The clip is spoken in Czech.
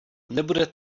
nebude